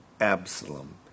Absalom